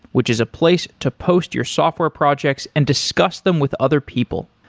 which is a place to post your software projects and discuss them with other people.